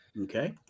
okay